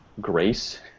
grace